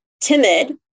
timid